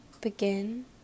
begin